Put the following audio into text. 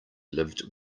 lived